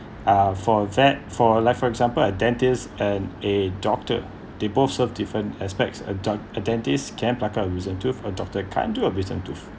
uh for that for like for example a dentist and a doctor they both serve different aspects a doc~ a dentist can pluck out loosen tooth a doctor can't do a bitten tooth